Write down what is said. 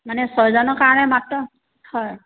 মানে ছয়জনৰ কাৰণে মাত্ৰ হয়